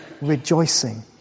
rejoicing